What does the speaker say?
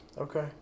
Okay